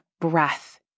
breath